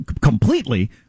Completely